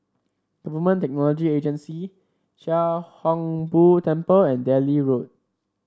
Government Technology Agency Chia Hung Boo Temple and Delhi Road